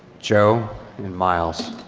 joe and miles,